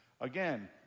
again